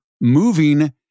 moving